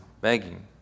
begging